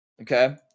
okay